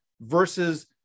versus